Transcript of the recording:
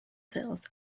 sales